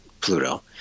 Pluto